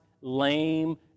lame